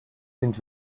sind